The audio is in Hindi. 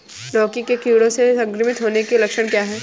लौकी के कीड़ों से संक्रमित होने के लक्षण क्या हैं?